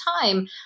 time